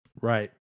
Right